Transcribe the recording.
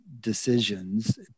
Decisions